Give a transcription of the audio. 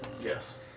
yes